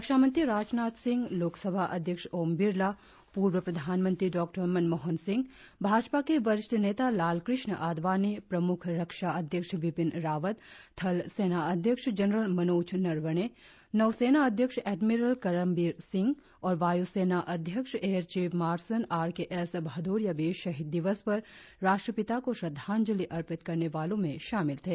रक्षा मंत्री राजनाथ सिंह लोकसभा अध्यक्ष ओम बिड़ला पूर्व प्रधानमंत्री डॉ मनमोहन सिंह भाजपा के वरिष्ठ नेता लालकृष्ण आडवाणी प्रमुख रक्षा अध्यक्ष बिपिन रावत थलसेनाध्यक्ष जनरल मनोज नरवणे नौसेनाध्यक्ष एडमिरल करमबीर सिंह और वायूसेनाध्यक्ष air chief marshal R K S Bhadauria भी शहीद दिवस पर राष्ट्रपिता को श्रद्धांजली अर्पित करने वालों में शामिल थे